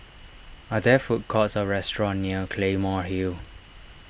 are there food courts or restaurants near Claymore Hill